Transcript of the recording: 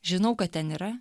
žinau kad ten yra